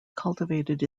cultivated